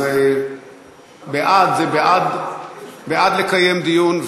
אז בעד זה בעד לקיים דיון,